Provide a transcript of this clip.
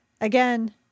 again